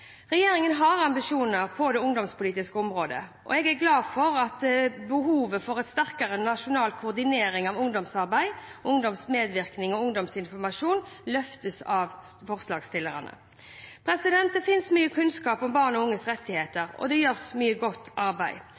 Regjeringen har ambisjoner på det ungdomspolitiske området, og jeg er glad for at behovet for en sterkere nasjonal koordinering av ungdomsarbeid, ungdomsmedvirkning og ungdomsinformasjon løftes av forslagsstillerne. Det finnes mye kunnskap om barn og unges rettigheter, og det gjøres mye godt arbeid.